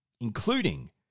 including